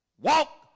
Walk